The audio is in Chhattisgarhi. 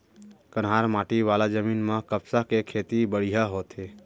कन्हार माटी वाला जमीन म कपसा के खेती बड़िहा होथे